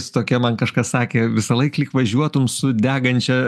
su tokia man kažkas sakė visąlaik lyg važiuotume su degančia